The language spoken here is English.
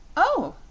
oh!